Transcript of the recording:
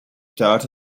data